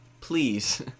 please